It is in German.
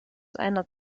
einer